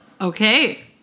Okay